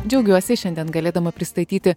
džiaugiuosi šiandien galėdama pristatyti